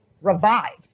revived